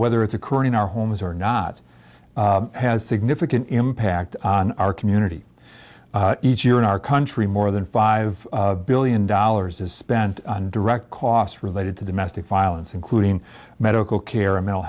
whether it's occurring in our homes or not has significant impact on our community each year in our country more than five billion dollars is spent on direct costs related to domestic violence including medical care or mental